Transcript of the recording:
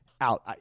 out